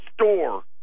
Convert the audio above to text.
store